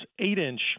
eight-inch